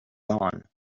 gone